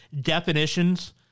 definitions